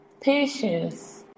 patience